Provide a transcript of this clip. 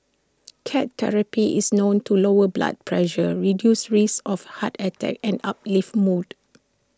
cat therapy is known to lower blood pressure reduce risks of heart attack and uplift mood